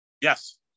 Yes